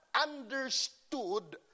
understood